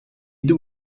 doe